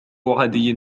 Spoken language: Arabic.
عادي